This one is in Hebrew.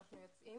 אנחנו יוצאים